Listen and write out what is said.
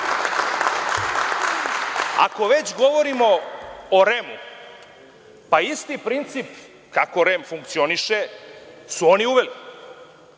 već govorimo o REM-u, isti princip kako REM funkcioniše su oni uveli.